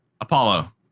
Apollo